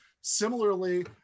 Similarly